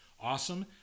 Awesome